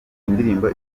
indirimbo